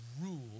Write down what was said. rule